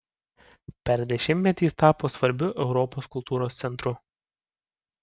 per dešimtmetį jis tapo svarbiu europos kultūros centru